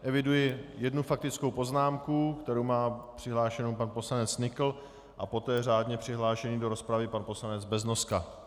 Eviduji jednu faktickou poznámku, kterou má přihlášenou pan poslanec Nykl, a poté řádně přihlášený do rozpravy pan poslanec Beznoska.